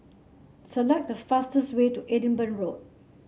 select the fastest way to Edinburgh Road